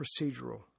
procedural